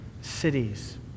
cities